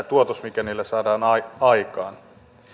tuotos mikä niillä saadaan aikaan